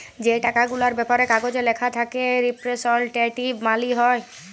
যে টাকা গুলার ব্যাপারে কাগজে ল্যাখা থ্যাকে রিপ্রেসেলট্যাটিভ মালি হ্যয়